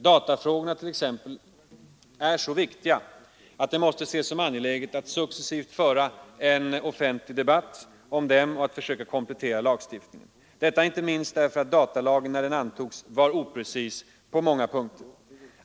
Datafrågorna t.ex. är så viktiga att det måste ses som angeläget att successivt föra en offentlig debatt om dem och att försöka komplettera lagstiftningen. Detta inte minst därför att datalagen när den antogs var oprecis på många punkter.